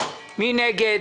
מי נגד?